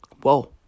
Whoa